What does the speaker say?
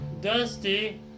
Dusty